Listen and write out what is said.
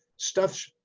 stuff,